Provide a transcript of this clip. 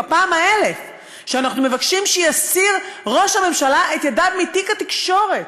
בפעם האלף אנחנו מבקשים שיסיר ראש הממשלה את ידיו מתיק התקשורת.